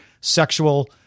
sexual